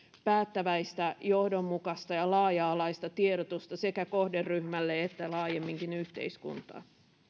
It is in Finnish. päättäväistä johdonmukaista ja laaja alaista tiedotusta sekä kohderyhmälle että laajemminkin yhteiskuntaan